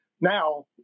now